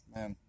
Man